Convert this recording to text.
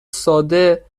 ساده